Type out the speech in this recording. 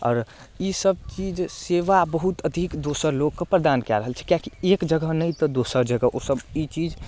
आओर ईसब चीज सेवा बहुत अधिक दोसर लोकके प्रदान कए रहल छै किएकि एक जगह नहि तऽ दोसर जगह ओसब ई चीज